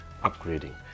upgrading